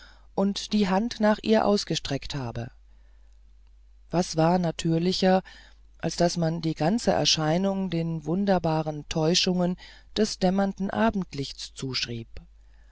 und die hand nach ihr ausgestreckt habe was war natürlicher als daß man die ganze erscheinung den wunderbaren täuschungen des dämmernden abendlichts zuschrieb